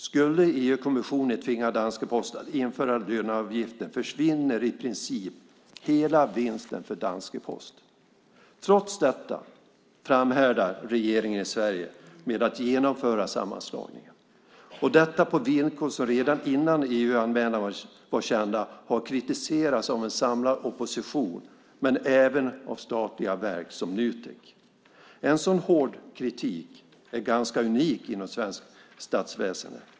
Skulle EU-kommissionen tvinga danska Posten att införa löneavgiften försvinner i princip hela vinsten för danska Posten. Trots detta framhärdar regeringen i Sverige med att genomföra sammanslagningen, detta på villkor som redan innan EU-anmälan var känd kritiserats av en samlad opposition och även av statliga verk som Nutek. En sådan hård kritik är ganska unik inom svenskt statsväsen.